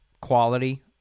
quality